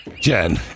Jen